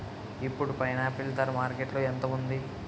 ఇప్పుడు పైనాపిల్ ధర మార్కెట్లో ఎంత ఉంది?